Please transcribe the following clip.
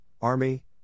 Army